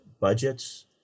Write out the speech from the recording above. budgets